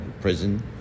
prison